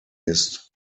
ist